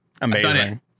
Amazing